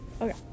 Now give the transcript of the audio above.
Okay